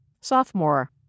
Sophomore